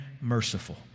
merciful